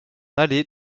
aller